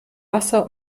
wasser